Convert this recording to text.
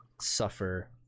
suffer